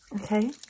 Okay